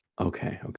Okay